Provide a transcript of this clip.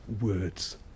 words